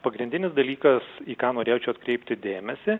pagrindinis dalykas į ką norėčiau atkreipti dėmesį